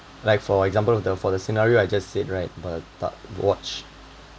like for example of the for the scenario I just said right watch